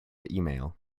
email